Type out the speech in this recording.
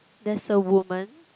there's a woman